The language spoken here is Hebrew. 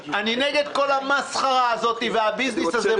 אני נגד כל ה"מסחרה" הזאת והביזנס הזה.